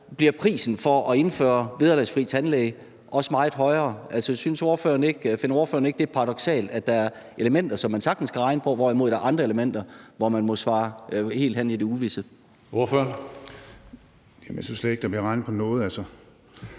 bliver prisen for at indføre vederlagsfri tandlæge også meget højere. Finder ordføreren ikke, det er paradoksalt, at der er elementer, som man sagtens kan regne på, hvorimod der er andre elementer, hvor man må svare, at det står hen i det uvisse? Kl. 16:58 Tredje næstformand (Karsten Hønge):